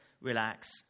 relax